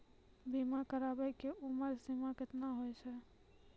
बीमा कराबै के उमर सीमा केतना होय छै?